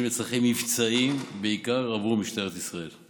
לצרכים מבצעיים בעיקר עבור משטרת ישראל.